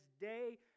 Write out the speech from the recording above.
day